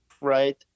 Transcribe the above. right